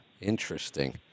interesting